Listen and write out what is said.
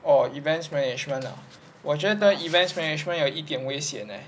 orh events management ah 我觉得 events management 有一点威胁 leh